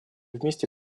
вместе